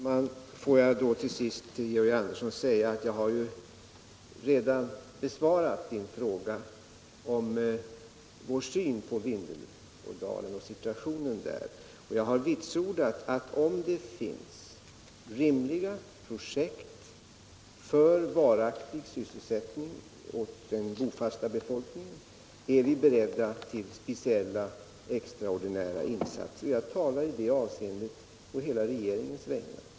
Herr talman! Jag vill till sist säga till Georg Andersson att jag redan har besvarat hans fråga om vår syn på situationen i Vindelådalen. Jag har vitsordat att om det finns rimliga projekt för varaktig sysselsättning åt den bofasta befolkningen, är vi beredda till speciella, extraordinära insatser, och jag talar i det avseendet på hela regeringens vägnar.